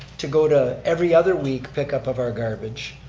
to go to every other week pickup of our garbage.